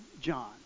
John